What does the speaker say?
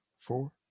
Four